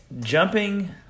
jumping